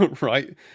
right